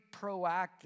proactive